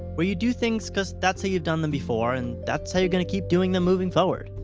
where you do things because that's how you've done them before, and that's how you're going to keep doing them moving forward.